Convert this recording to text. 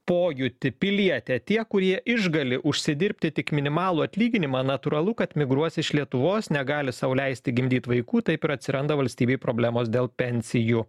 pojūtį pilietė tie kurie išgali užsidirbti tik minimalų atlyginimą natūralu kad migruos iš lietuvos negali sau leisti gimdyt vaikų taip ir atsiranda valstybėj problemos dėl pensijų